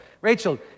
Rachel